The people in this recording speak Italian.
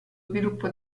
sviluppo